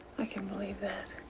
i can believe that.